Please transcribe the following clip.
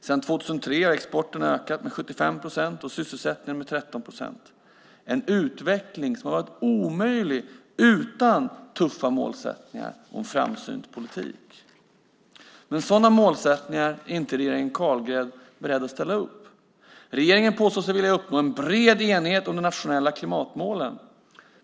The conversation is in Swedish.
Sedan 2003 har exporten ökat med 75 procent och sysselsättningen med 13 procent. Det är en utveckling som hade varit omöjlig utan tuffa målsättningar och en framsynt politik. Men sådana målsättningar är regeringen Carlgren inte beredd att ställa upp. Regeringen påstår sig vilja uppnå en bred enighet om de nationella klimatmålen.